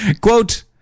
quote